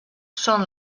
són